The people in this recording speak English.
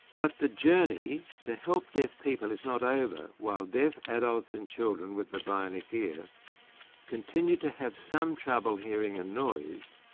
but the journey to help deaf people is not over while deaf adults and children with the bionic ear continue to have some trouble hearing a noise,